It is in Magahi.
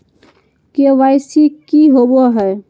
के.वाई.सी की होबो है?